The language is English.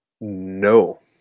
No